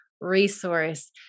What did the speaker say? resource